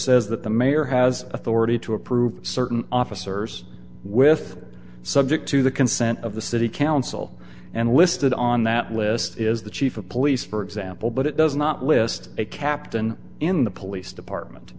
says that the mayor has authority to approve certain officers with subject to the consent of the city council and listed on that list is the chief of police for example but it does not list a captain in the police department